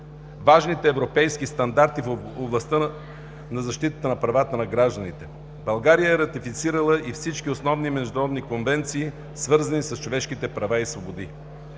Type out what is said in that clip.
най-важните европейски стандарти в областта на защитата на правата на гражданите. България е ратифицирала и всички основни международни конвенции, свързани с човешките права и свободи.